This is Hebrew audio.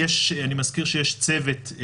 אני מזכיר שיש צוות,